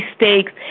mistakes